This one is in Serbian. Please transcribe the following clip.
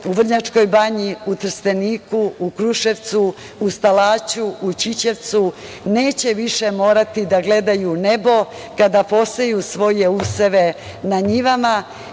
Vrnjačkoj Banji, u Trsteniku, Kruševcu, Stalaću, Ćićevcu, neće više morati da gledaju nebo kada poseju svoje useve na njivama